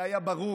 זה היה ברור,